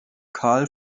karl